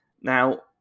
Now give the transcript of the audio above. Now